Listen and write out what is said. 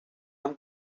amb